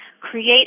create